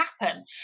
happen